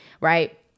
Right